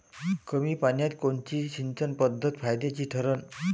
कमी पान्यात कोनची सिंचन पद्धत फायद्याची ठरन?